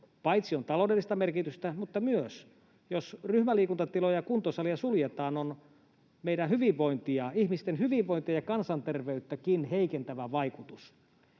paitsi taloudellista merkitystä myös — jos ryhmäliikuntatiloja ja kuntosaleja suljetaan — meidän hyvinvointiamme, ihmisten hyvinvointia ja kansanterveyttäkin, heikentävä vaikutus.